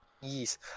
Yes